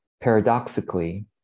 paradoxically